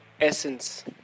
essence